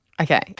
Okay